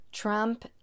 Trump